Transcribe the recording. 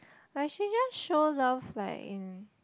like she just show love like in